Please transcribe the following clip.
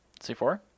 C4